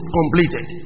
completed